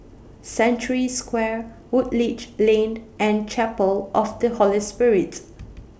Century Square Woodleigh Lane and Chapel of The Holy Spirit